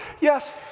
Yes